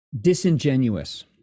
disingenuous